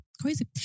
crazy